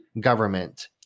government